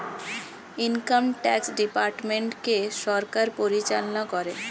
income tax ডিপার্টমেন্টকে সরকার পরিচালনা করে